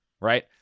right